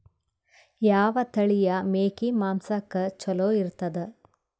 ಯಾವ ತಳಿಯ ಮೇಕಿ ಮಾಂಸಕ್ಕ ಚಲೋ ಇರ್ತದ?